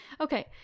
Okay